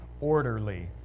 orderly